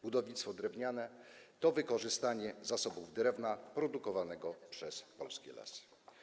Budownictwo drewniane to wykorzystanie zasobów drewna produkowanego przez polskie Lasy.